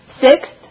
Sixth